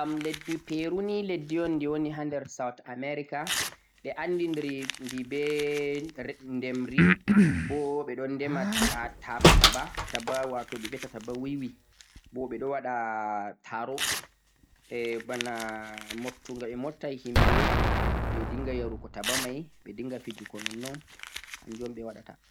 am leddi peru ni leddi un de woni ha leddi south America, ɓe andiridi be ter demri bo ɓe ɗon dema taba wato ɓe viyata taba wiwi bo ɓe ɗo waɗa a' taro e bana muttugo ɓe mottai himɓe ɓe dinga yarugo taba mai ɓe dinga fijigo nonnon hanjum un ɓe waɗata.